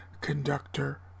conductor